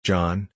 John